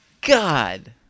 God